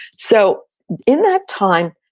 so in that time,